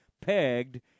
pegged